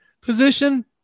position